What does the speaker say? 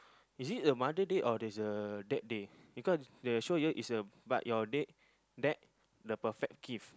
is it the Mother Day or there's a Dad Day because they show here is but your dad the perfect gift